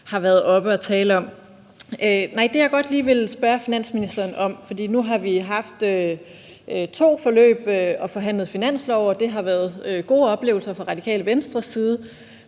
har været oppe at tale om. Jeg vil godt lige spørge finansministeren om noget. Nu har vi haft to forløb og forhandlet finanslove, og det har været gode oplevelser fra Radikale Venstres side.